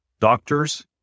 doctors